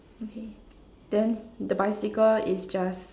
okay then the bicycle is just